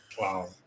Wow